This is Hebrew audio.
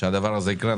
שהדבר הזה יקרה.